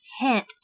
Hint